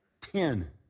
Ten